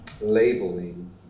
labeling